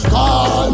Call